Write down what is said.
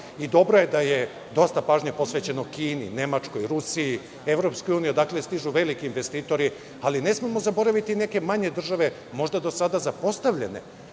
Dobro je da je dosta pažnje posvećeno Kini, Nemačkoj, Rusiji, EU, odakle stižu veliki investitori, ali ne smemo zaboraviti i neke manje države, možda do sada zapostavljene